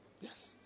Yes